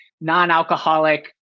non-alcoholic